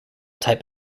type